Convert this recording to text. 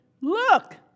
look